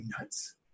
nuts